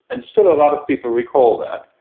and still a lot of people recall that.